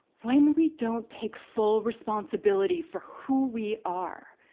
when we don't take full responsibility for who we are,